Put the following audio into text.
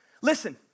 Listen